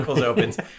opens